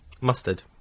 Mustard